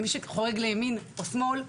אנחנו פחות יודעים לטפל במי שחורג לימין או שמאל.